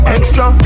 Extra